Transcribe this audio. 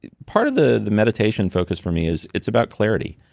part of the the meditation focus for me is, it's about clarity.